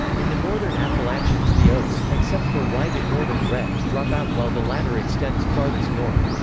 in the northern appalachians the oaks, except for white and northern red, drop out, while the latter extends farthest north.